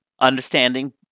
understanding